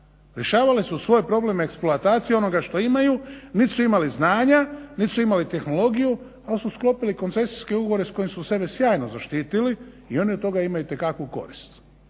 Rješavale su svoj problem eksploatacijom onoga što imaju, niti su imali znanja niti su imali tehnologiju ali su sklopili koncesijske ugovore s kojim su sebe sjajno zaštitili i oni od toga imaju itekakvu korist.